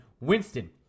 Winston